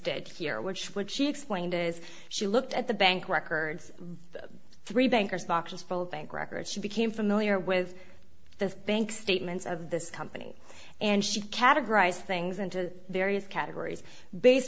which which she explained as she looked at the bank records three bankers boxes full of bank records she became familiar with the bank statements of this company and she categorize things into various categories based